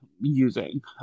using